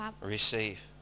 Receive